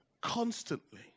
Constantly